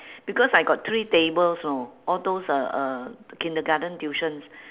because I got three tables know all those uh uh the kindergarten tuition